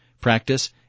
practice